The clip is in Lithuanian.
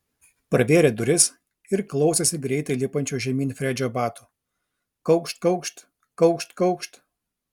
pravėrė duris ir klausėsi greitai lipančio žemyn fredžio batų kaukšt kaukšt kaukšt kaukšt